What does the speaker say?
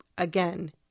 Again